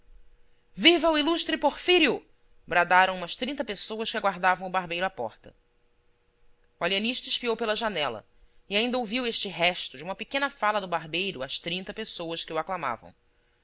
viva o ilustre porfírio bradaram umas trinta pessoas que aguardavam o barbeiro à porta o alienista espiou pela janela e ainda ouviu este resto de uma pequena fala do barbeiro às trinta pessoas que o aclamavam